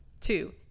Two